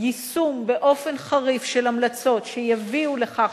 יישום באופן חריף של המלצות שיביא לכך